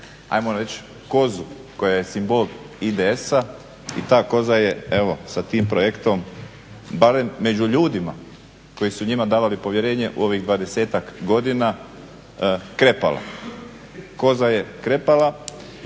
ajmo reći kozu koja simbol IDS-a i ta koza je evo sa tim projektom barem među ljudima koji su njima davali povjerenje u ovih 20-tak godina krepala, koza je krepala.